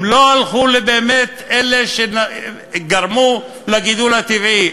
הם לא הלכו באמת לאלה שגרמו לגידול הטבעי,